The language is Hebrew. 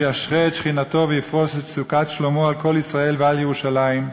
שישרה את שכינתו ויפרוס את סוכת שלומו על כל ישראל ועל ירושלים.